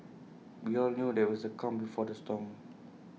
we all knew that IT was the calm before the storm